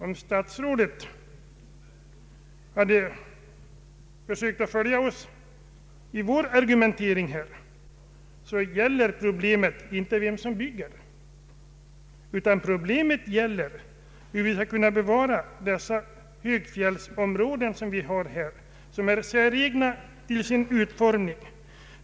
Om statsrådet hade försökt följa oss i vår argumentering, så hade han funnit att problemet inte gäller vem som bygger, utan hur vi skall bevara de högfjällsområden som är i fara och som är säregna i sin utformning.